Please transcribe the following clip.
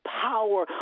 power